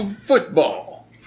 Football